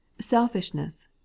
selfishness